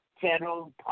federal